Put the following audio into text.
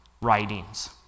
writings